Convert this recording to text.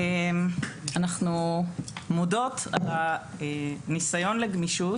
אנחנו מודות על הניסיון לגמישות,